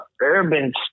Urban